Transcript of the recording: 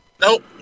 Nope